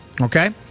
Okay